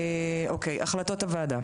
החלטות הוועדה: